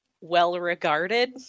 well-regarded